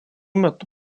metu